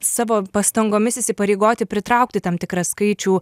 savo pastangomis įsipareigoti pritraukti tam tikrą skaičių